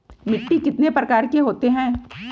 मिट्टी कितने प्रकार के होते हैं?